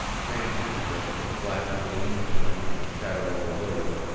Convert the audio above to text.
transient as the flash of a loon's wing on the shadow of a lake,